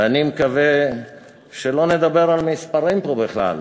ואני מקווה שלא נדבר על מספרים פה בכלל.